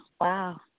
wow